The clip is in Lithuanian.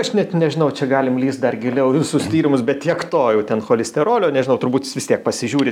aš net nežinau čia galim lįst dar giliau į visus tyrimus bet tiek to jau ten cholisterolio nežinau turbūt vis tiek pasižiūri